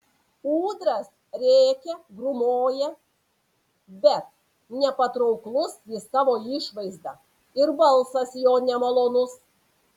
ūdras rėkia grūmoja bet nepatrauklus jis savo išvaizda ir balsas jo nemalonus